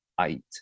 eight